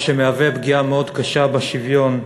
מה שמהווה פגיעה מאוד קשה בשוויון,